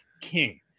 king